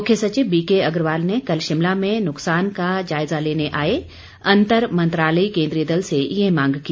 मुख्य सचिव बीके अग्रवाल ने कल शिमला में नुकसान का जायजा लेने आए अन्तर मंत्रालयी केन्द्रीय दल से ये मांग की